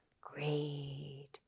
great